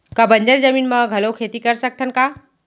का बंजर जमीन म घलो खेती कर सकथन का?